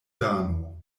dano